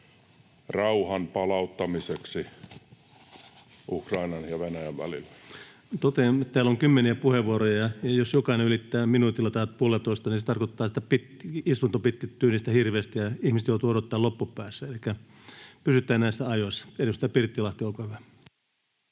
voimaansaattamiseksi Time: 15:53 Content: Totean, että täällä on kymmeniä puheenvuoroja, ja jos jokainen ylittää minuutilla tai puolellatoista, niin se tarkoittaa sitä, että istunto pitkittyy niistä hirveästi ja ihmiset joutuvat odottamaan loppupäässä, elikkä pysytään näissä ajoissa. — Edustaja Pirttilahti, olkaa hyvä.